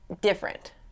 different